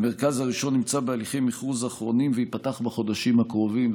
המרכז הראשון נמצא בהליכי מכרוז אחרונים וייפתח בחודשיים הקרובים,